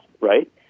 right